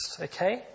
Okay